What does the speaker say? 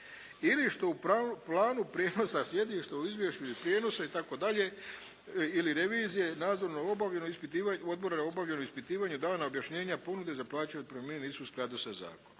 ili što u planu prijenosa sjedišta u izvješću i prijenosa itd. ili revizije nadzorno obavljeno ispitivanje, odbora obavljeno ispitivanje dana objašnjenja ponude za plaće, otpremnine nisu u skladu sa zakonom.